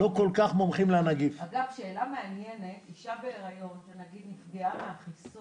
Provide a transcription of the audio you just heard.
מה קורה עם אישה בהיריון שהיא והעובר שלה נפגעו מהחיסון?